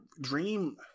dream